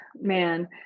man